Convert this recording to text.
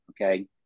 Okay